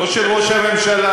לא של ראש הממשלה,